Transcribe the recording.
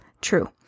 True